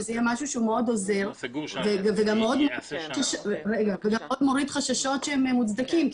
שזה יהיה משהו שהוא מאוד עוזר וגם מאוד מוריד חששות שהם מוצדקים,